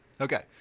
Okay